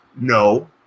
no